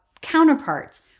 counterparts